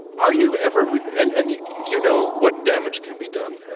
are you ever and and you know what damage can be done.